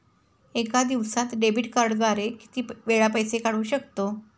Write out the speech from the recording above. एका दिवसांत डेबिट कार्डद्वारे किती वेळा पैसे काढू शकतो?